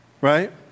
Right